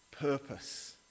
purpose